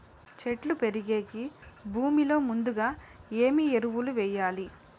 చెట్టు పెరిగేకి భూమిలో ముందుగా ఏమి ఎరువులు వేయాలి?